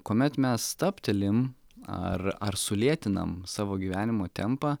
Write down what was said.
kuomet mes stabtelim ar ar sulėtinam savo gyvenimo tempą